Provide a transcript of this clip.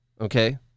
Okay